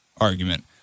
argument